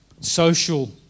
Social